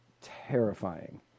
terrifying